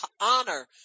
honor